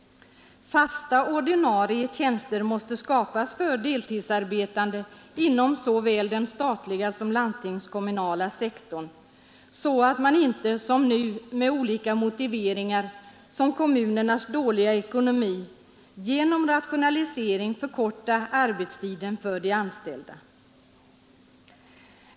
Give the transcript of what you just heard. Fasta ordinarie tjänster måste skapas för deltidsarbetande inom såväl den statliga som den landstingskommunala sektorn, så att man inte som nu med olika motiveringar, t.ex. kommunernas dåliga ekonomi, genom rationalisering förkortar arbetstiden för de anställda.